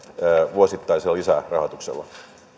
vuosittaisella lisärahoituksella